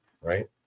right